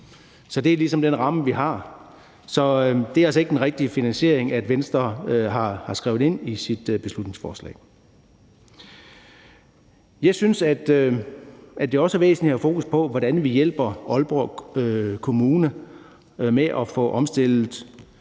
Det er ligesom den ramme, vi har, så det er altså ikke den rigtige finansiering, Venstre har skrevet ind i sit beslutningsforslag. Jeg synes, at det også er væsentligt at have fokus på, hvordan vi hjælper Aalborg Kommune med at få omstillet